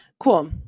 Cool